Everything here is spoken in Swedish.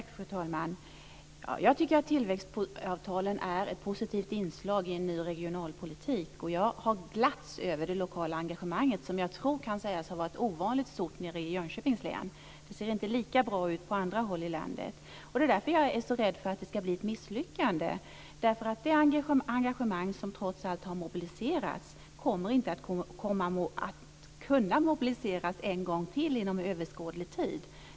Fru talman! Jag tycker att tillväxtavtalen är ett positivt inslag i en ny regionalpolitik. Jag har glatts över det lokala engagemang som jag tror kan sägas ha varit ovanligt stort i Jänköpings län. Det ser inte lika bra ut på andra håll i landet. Det är därför jag är så rädd för att det ska bli ett misslyckande. Det engagemang som trots allt har mobiliserats kommer inte att kunna mobiliseras en gång till inom överskådlig tid.